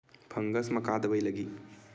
Fungus म का दवाई लगी?